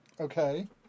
Okay